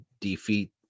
defeat